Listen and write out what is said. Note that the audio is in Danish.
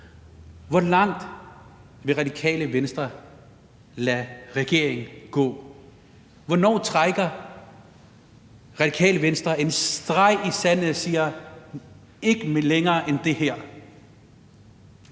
hvor langt vil Radikale Venstre lade regeringen gå? Hvornår trækker Radikale Venstre en streg i sandet og siger: Ikke længere end hertil?